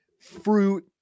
fruit